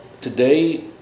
today